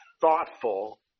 thoughtful